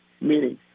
Meaning